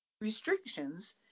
restrictions